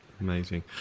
Amazing